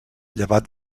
llevat